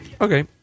Okay